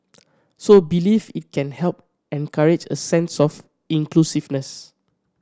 so believes it can help encourage a sense of inclusiveness